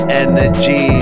energy